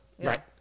right